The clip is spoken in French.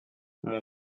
mon